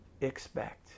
expect